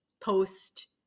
post